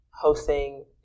hosting